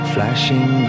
Flashing